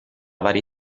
varie